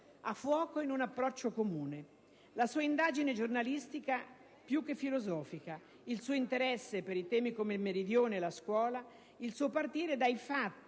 grazie.